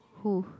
who